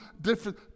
different